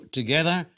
together